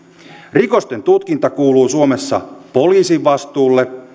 rikosten tutkinta kuuluu suomessa poliisin vastuulle